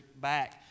back